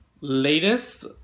latest